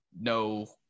No